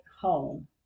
home